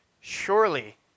surely